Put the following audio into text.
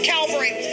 Calvary